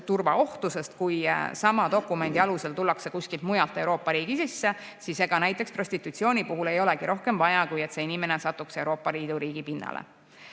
turvaohtu, sest kui sama dokumendi alusel tullakse kuskilt mujalt Euroopa riiki sisse, siis ega näiteks prostitutsiooni puhul ei olegi rohkem vaja, kui et see inimene satuks Euroopa Liidu riigi pinnale.